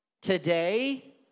Today